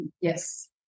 Yes